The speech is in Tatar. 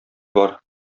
бар